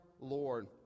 Lord